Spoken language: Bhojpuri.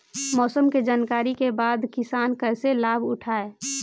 मौसम के जानकरी के बाद किसान कैसे लाभ उठाएं?